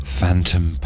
Phantom